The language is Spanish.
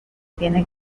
tiene